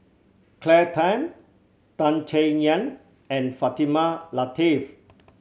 Claire Tham Tan Chay Yan and Fatimah Lateef